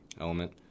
element